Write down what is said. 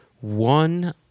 one